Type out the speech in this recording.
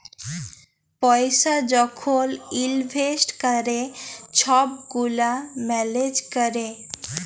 পইসা যখল ইলভেস্ট ক্যরে ছব গুলা ম্যালেজ ক্যরে